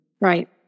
Right